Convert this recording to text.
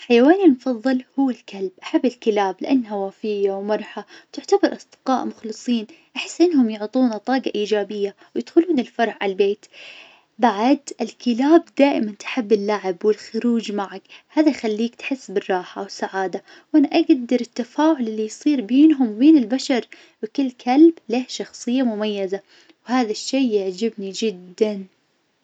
حيواني المفظل هو الكلب أحب الكلاب لإنها وفية ومرحة تعتبر أصدقاء مخلصين، أحس إنهم يعطونا طاقة إيجابية، ويدخلون الفرح على البيت. بعد الكلاب دائما تحب اللعب والخروج معك هذا يخليك تحس بالراحة والسعادة. وأنا اقدر التفاعل اللي يصير بينهم وبين البشر. وكل كلب له شخصية مميزة وهذا الشي يعجبني جدا.